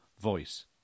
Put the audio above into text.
voice